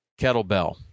kettlebell